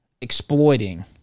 exploiting